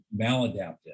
maladaptive